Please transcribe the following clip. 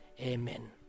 Amen